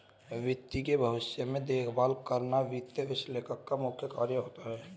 वित्त के भविष्य में देखभाल करना वित्त विश्लेषक का मुख्य कार्य होता है